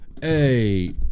Hey